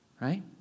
right